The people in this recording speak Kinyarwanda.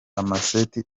amaseti